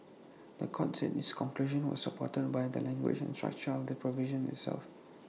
The Court said its conclusion was supported by the language and structure of the provision itself